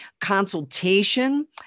consultation